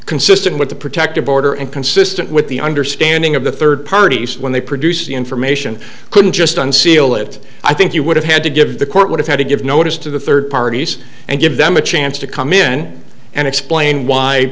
consistent with the protective order and consistent with the understanding of the third parties when they produced the information couldn't just unseal it i think you would have had to give the court would have had to give notice to the third parties and give them a chance to come in and explain why